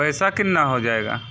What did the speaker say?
पैसा कितना हो जाएगा